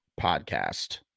podcast